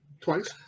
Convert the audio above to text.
twice